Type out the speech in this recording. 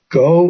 go